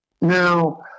Now